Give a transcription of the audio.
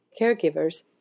caregivers